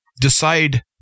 decide